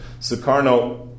Sukarno